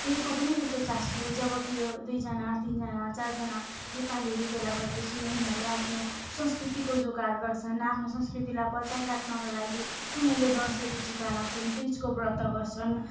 केहीको पनि त्यस्तो चासो जब कि दुईजना तिनजना चारजना नेपालीहरू भेला भएपछि उनीहरूले आफ्नो संस्कृतिको जोगाड गर्छन् आफ्नो संस्कृतिलाई बचाइराख्नको लागि उनीहरूले दसैँको टिका लगाउँछन् तिजको व्रत बस्छन्